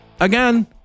Again